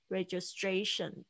Registration